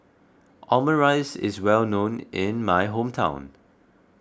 Omurice is well known in my hometown